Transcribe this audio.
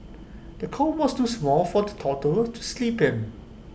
the cot was too small for the toddler to sleep in